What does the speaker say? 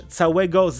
całego